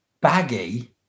Baggy